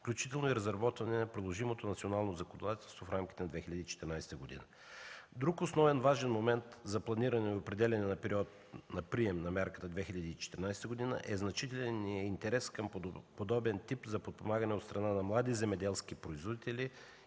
включително и разработване на приложимото национално законодателство в рамките на 2014 г. Друг основен важен момент за планиране и определяне на период на прием на Мярката 2014 г. е значителният интерес към подобен тип на подпомагане от страна на млади земеделски производители